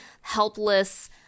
helpless